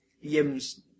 Yim's